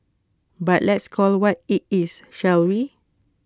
but let's call IT what IT is shall we